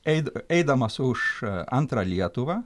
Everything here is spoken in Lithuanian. eit eidamas už antrą lietuvą